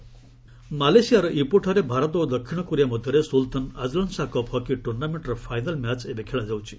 hockey ମାଲେସିଆର ଇପୋଠାରେ ଭାରତ ଓ ଦକ୍ଷିଣ କୋରିଆ ମଧ୍ୟରେ Sultan Azlan Shah cup hockey ଟୁର୍ଣ୍ଣାମେଣ୍ଟର ଫାଇନାଲ୍ ମ୍ୟାଚ୍ ଏବେ ଖେଳାଯାଉଛି